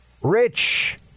Rich